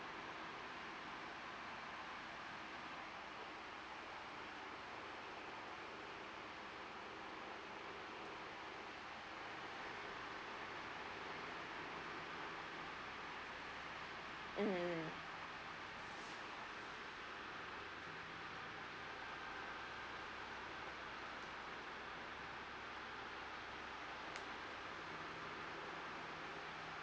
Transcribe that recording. mm